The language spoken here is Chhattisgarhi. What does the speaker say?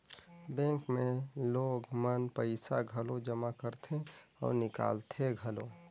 बेंक मे लोग मन पइसा घलो जमा करथे अउ निकालथें घलो